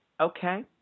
Okay